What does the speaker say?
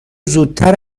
زودتر